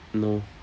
no